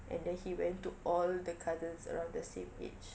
and then he went to all the cousins around the same age